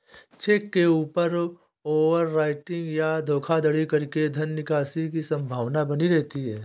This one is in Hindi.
चेक के ऊपर ओवर राइटिंग या धोखाधड़ी करके धन निकासी की संभावना बनी रहती है